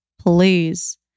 please